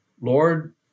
Lord